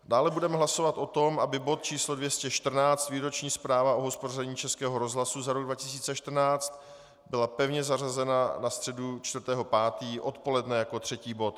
Dále budeme hlasovat o tom, aby bod číslo 214, Výroční zpráva o hospodaření Českého rozhlasu za rok 2014, byl pevně zařazen na středu 4. 5. odpoledne jako třetí bod.